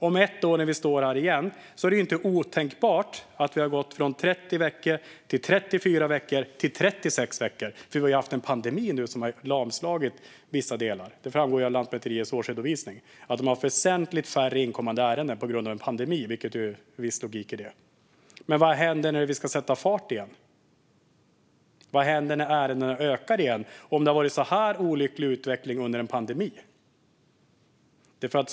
Om ett år, när vi står här igen, är det inte otänkbart att vi har gått från 30 till 34 till 36 veckor, för vi har ju haft en pandemi nu som har lamslagit vissa delar. Det framgår av Lantmäteriets årsredovisning att de har haft väsentligt färre inkomna ärenden på grund av pandemin, vilket det finns viss logik i. Men vad händer när vi ska sätta fart igen? Vad händer när antalet ärenden ökar igen, om det har varit en så här olycklig utveckling under en pandemi?